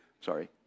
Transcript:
Sorry